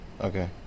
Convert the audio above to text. Okay